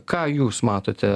ką jūs matote